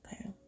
okay